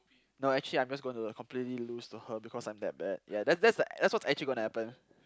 no actually I'm just gonna completely lose to her because I'm that bad ya that that's what's actually gonna happen